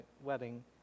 wedding